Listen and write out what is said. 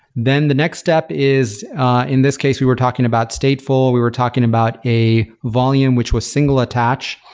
then the next step is in this case we were talking about stateful. we were talking about a volume which was single attached,